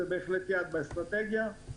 הוא בהחלט יעד באסטרטגיה שלנו.